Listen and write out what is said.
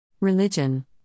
Religion